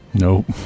Nope